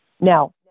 now